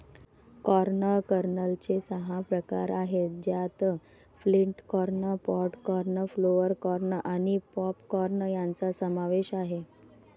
corn कर्नलचे सहा प्रकार आहेत ज्यात flint corn, pod corn, flour corn आणि पॉप कॉर्न यांचा समावेश आहे